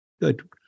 Good